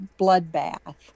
Bloodbath